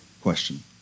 question